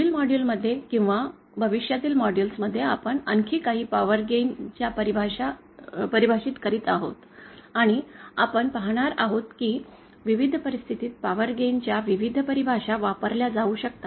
पुढील मॉड्यूल्स मध्ये किंवा भविष्यातील मॉड्यूल मध्ये आपण आणखी काही पॉवर गेन परिभाषित करीत आहोत आणि आपण पाहणार आहोत की विविध परिस्थितीत पॉवर गेन च्या विविध परिभाषा वापरल्या जाऊ शकतात